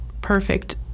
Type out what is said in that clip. perfect